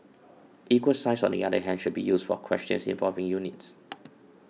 equal signs on the other hand should be used for questions involving units